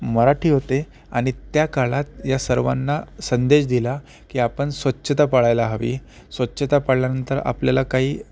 मराठी होते आणि त्या काळात या सर्वांना संदेश दिला की आपण स्वच्छता पाळायला हवी स्वच्छता पाळल्यानंतर आपल्याला काही